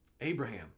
Abraham